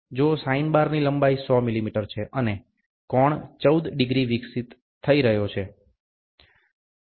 જો સાઈન બારની લંબાઈ 100 મિલીમીટર છે અને કોણ 14 ડિગ્રી વિકસિત થઇ રહ્યો છે